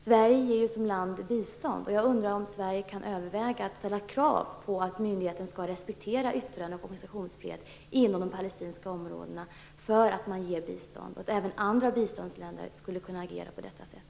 Sverige ger ju bistånd, och jag undrar om Sverige kan överväga att ställa krav på att myndigheten skall respektera yttrande och organisationsfrihet inom de palestinska områdena för att ge bistånd. Även andra biståndslämnare skulle kunna agera på detta sätt.